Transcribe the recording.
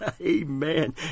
Amen